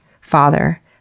father